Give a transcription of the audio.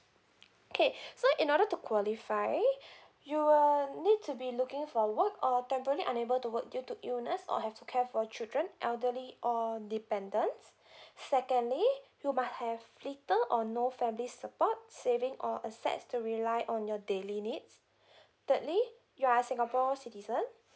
okay so in order to qualify you will need to be looking for work or temporary unable to work due to illness or have to care for children elderly or dependents secondly you must have little or no family support saving or assets to rely on your daily needs thirdly you're singapore citizen